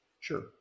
Sure